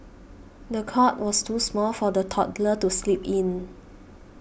the cot was too small for the toddler to sleep in